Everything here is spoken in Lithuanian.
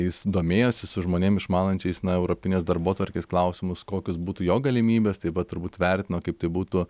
jis domėjosi su žmonėm išmanančiais na europinės darbotvarkės klausimus kokios būtų jo galimybės tai turbūt vertino kaip tai būtų